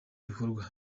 bikorwa